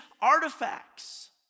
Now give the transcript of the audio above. artifacts